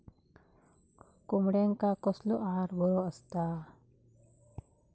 कोंबड्यांका कसलो आहार बरो असता?